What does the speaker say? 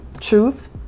Truth